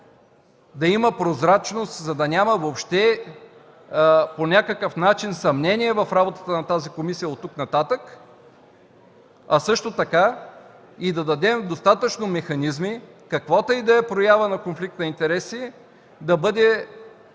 да има прозрачност, за да няма въобще съмнения в работата на тази комисия от тук нататък, а също така и да дадем достатъчно механизми каквато и да е проява на конфликт на интереси да бъде